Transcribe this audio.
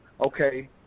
okay